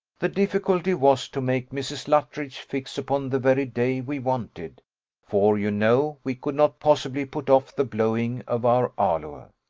the difficulty was to make mrs. luttridge fix upon the very day we wanted for you know we could not possibly put off the blowing of our aloe.